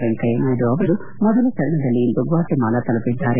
ವೆಂಕಯ್ಲನಾಯ್ಡು ಅವರು ಮೊದಲ ಚರಣದಲ್ಲಿ ಇಂದು ಗ್ನಾಟೆಮಾಲಾ ತಲುಪಿದ್ದಾರೆ